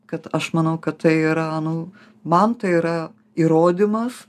kad aš manau kad tai yra nu man tai yra įrodymas